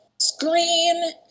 screen